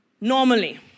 normally